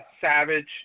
Savage